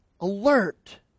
alert